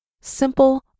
simple